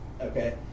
Okay